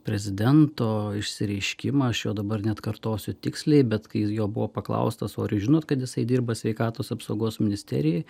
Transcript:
prezidento išsireiškimą aš jo dabar neatkartosiu tiksliai bet kai ji jo buvo paklaustas o ar jūs žinot kad jisai dirba sveikatos apsaugos ministerijoj